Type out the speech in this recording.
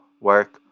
work